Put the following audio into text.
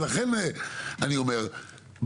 ולכם אני אומר,